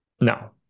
No